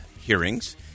hearings